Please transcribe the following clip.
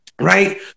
right